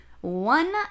One